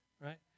Right